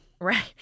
Right